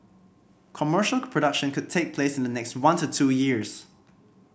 commercial production could take place in the next one to two years